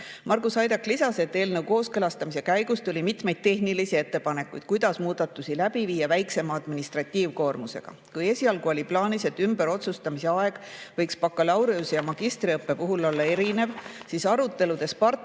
Margus Haidak lisas, et eelnõu kooskõlastamise käigus tuli mitmeid tehnilisi ettepanekuid, kuidas muudatusi läbi viia väiksema administratiivkoormusega. Esialgu oli plaanis, et ümberotsustamise aeg võiks bakalaureuse‑ ja magistriõppe puhul olla erinev, aga partneritega